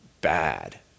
bad